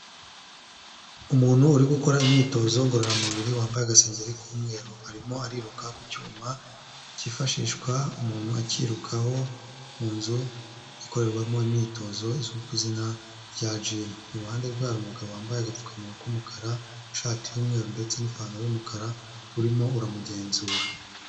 Umuntu uri gukora imyitozo ngororamubiri wambaye agasengeri k'umweru, arimo ariruka ku cyuma kifashishwa umuntu akiyirukaho mu nzu ikorerwamo imyitozo izwi ku izina rya jimu; iruhande rwe hari umugabo wambaye agapfukamuwa k'umukara, ishati y'umweru ndetse n'ipantaro y'umukara urimo kumugenzura.